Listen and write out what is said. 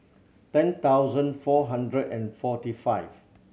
ten thousand four hundred and forty five